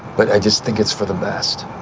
but i just think it's for the best